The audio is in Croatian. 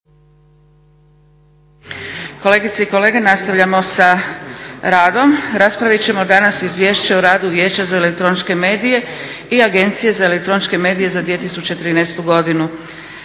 Kolegice i kolege, nastavljamo sa radom. Raspravit ćemo danas - Izvješće o radu Vijeća za elektroničke medije i Agencije za elektroničke medije za 2013. godinu